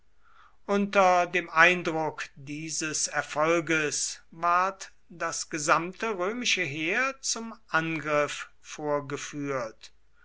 unter dem eindruck dieses erfolges ward das gesamte römische heer zum angriff vorgeführt